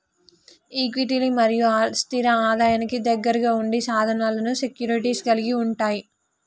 ఈక్విటీలు మరియు స్థిర ఆదాయానికి దగ్గరగా ఉండే కొన్ని సాధనాలను సెక్యూరిటీస్ కలిగి ఉంటయ్